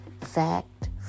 fact